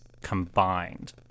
combined